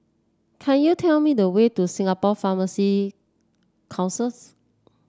can you tell me the way to Singapore Pharmacy Council